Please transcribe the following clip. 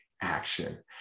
action